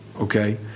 okay